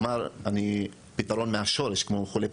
כלומר פתרון מהשורש כמו חולה פרקינסון.